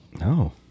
No